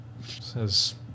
says